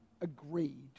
agreed